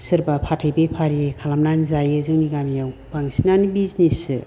सोरबा फाथै बेफारि खालामनानै जायो जोंनि गामियाव बांसिनानो बिजिनेससो